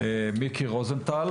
מיקי רוזנטל.